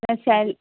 اصل